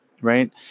Right